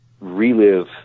relive